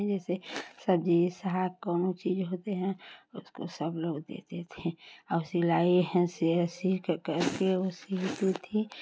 जैसे हाथ कौनों चीज होते हैं उसको सब लोग देते थे अब सिलाई है थी